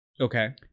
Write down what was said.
Okay